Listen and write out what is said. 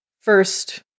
first